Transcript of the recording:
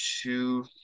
two